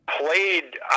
played